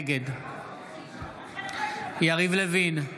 נגד יריב לוין,